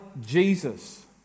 Jesus